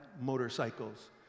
motorcycles